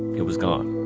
it was gone